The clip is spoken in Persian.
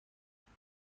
هنوز